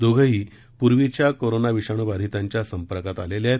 दोघेही पूर्वीच्या कोरोना विषाणू बाधितांच्या संपर्कात आलेले आहेत